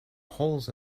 holes